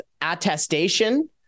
attestation